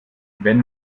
wenn